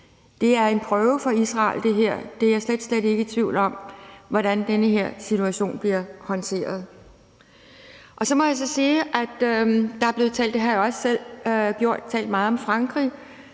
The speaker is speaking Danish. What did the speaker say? Det er en prøve for Israel – det er jeg slet, slet ikke i tvivl om – hvordan den her situation bliver håndteret. Så må jeg også sige, at der er blevet talt meget om Frankrig,